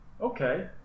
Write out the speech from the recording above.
okay